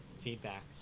feedback